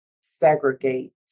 segregate